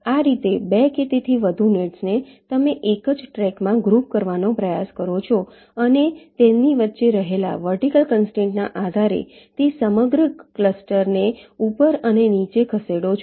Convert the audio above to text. આ રીતે 2 કે તેથી વધુ નેટ્સને તમે એક જ ટ્રેકમાં ગ્રુપ કરવાનો પ્રયાસ કરો છો અને તેમની વચ્ચે રહેલા વર્ટિકલ કન્સ્ટ્રેંટ ના આધારે તે સમગ્ર ક્લસ્ટરને ઉપર અને નીચે ખસેડો છો